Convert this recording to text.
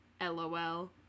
lol